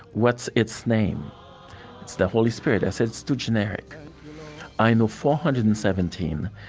what's its name? it's the holy spirit i said, it's too generic i know four hundred and seventeen,